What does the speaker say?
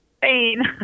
pain